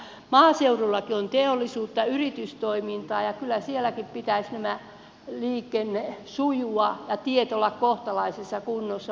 maaseudullakin on teollisuutta yritystoimintaa ja kyllä sielläkin pitäisi liikenteen sujua ja teiden olla kohtalaisessa kunnossa